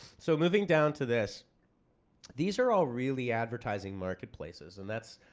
so moving down to this these are all really advertising marketplaces and that's